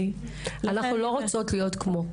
אנחנו לא רוצות להיות כמו.